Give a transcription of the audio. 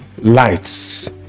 lights